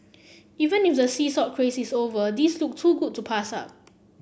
even if the sea salt craze is over these look too good to pass up